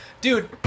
dude